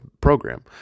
program